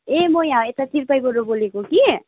ए म यहाँ यता त्रिपाईबाट बोलेको कि